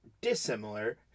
dissimilar